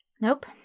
Nope